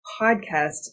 podcast